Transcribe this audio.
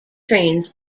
trains